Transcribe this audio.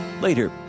later